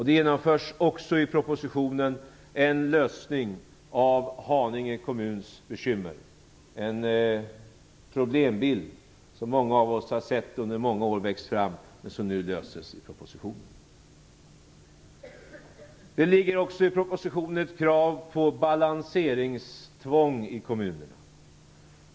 Det framförs också en lösning av Haninge kommuns bekymmer. Det är en problembild som många av oss har sett växa fram under många år. Den löses nu i och med propositionen. I propositionen finns också ett krav på balanseringstvång i kommunerna.